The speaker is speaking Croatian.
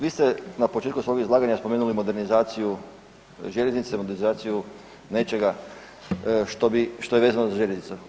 Vi ste na početku svog izlaganja spomenuli modernizaciju željeznice, modernizaciju nečega što bi, što je vezano za željeznicu.